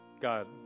God